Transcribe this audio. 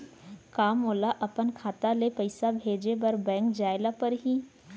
का मोला अपन खाता ले पइसा भेजे बर बैंक जाय ल परही?